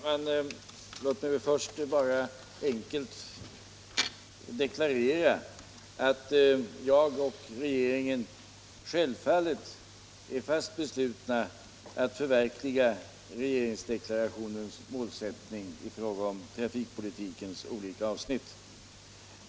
Herr talman! Låt mig till att börja med enkelt deklarera att jag och regeringen i övrigt självfallet är fast beslutna att förverkliga regeringsdeklarationens målsättning i fråga om trafikpolitikens olika avsnitt.